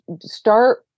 Start